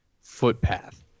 footpath